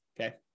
Okay